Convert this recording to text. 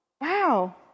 wow